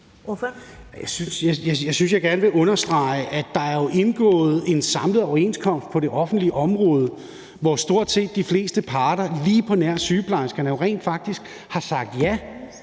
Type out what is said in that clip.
jeg gerne vil understrege, at der jo er indgået en samlet overenskomst på det offentlige område, hvor stort set de fleste parter lige på nær sygeplejerskerne rent